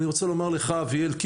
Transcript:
אני רוצה לומר לך אביאל,